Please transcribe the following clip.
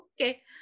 okay